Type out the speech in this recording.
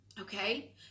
okay